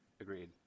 Agreed